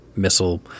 Missile